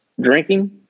drinking